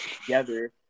together